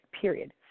period